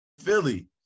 Philly